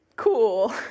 Cool